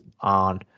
on